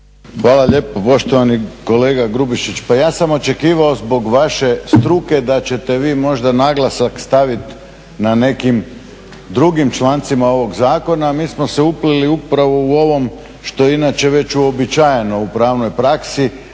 Hvali lijepa. Poštovani kolega Grubišić, pa ja sam očekivao zbog vaše struke da ćete vi možda naglasak staviti na nekim drugim člancima ovog zakona, a mi smo se upleli upravo u ovom što je inače već uobičajeno u pravnoj praksi,